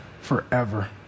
forever